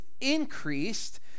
increased